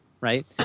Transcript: right